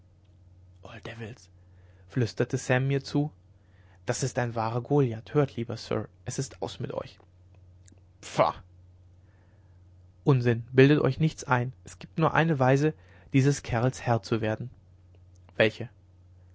devils flüsterte sam mir zu das ist ein wahrer goliath hört lieber sir es ist aus mit euch pshaw unsinn bildet euch nichts ein es gibt nur eine weise dieses kerls herr zu werden welche